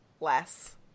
less